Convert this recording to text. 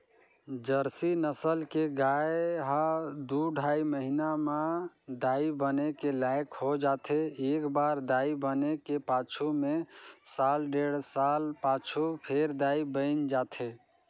Jersey नसल के गाय ह दू ढ़ाई महिना म दाई बने के लइक हो जाथे, एकबार दाई बने के पाछू में साल डेढ़ साल पाछू फेर दाई बइन जाथे